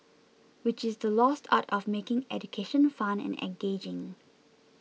which is the lost art of making education fun and engaging